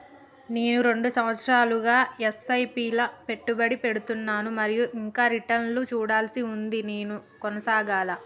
నేను రెండు సంవత్సరాలుగా ల ఎస్.ఐ.పి లా పెట్టుబడి పెడుతున్నాను మరియు ఇంకా రిటర్న్ లు చూడాల్సి ఉంది నేను కొనసాగాలా?